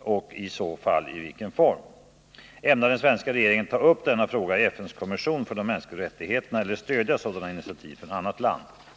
och i så fall i vilken form? 2. Ämnar den svenska regeringen ta upp denna fråga i FN:s kommission för de mänskliga rättigheterna eller stödja sådana initiativ från annat land? 3.